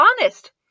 honest